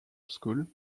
school